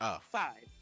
Five